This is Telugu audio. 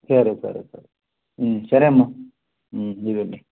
సరే సరే సరే సరే అమ్మ ఇదిగోండి